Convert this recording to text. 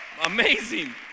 Amazing